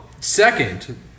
Second